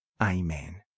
Amen